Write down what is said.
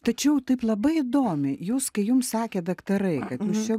tačiau taip labai įdomiai jūs kai jums sakė daktarai kad jūs čia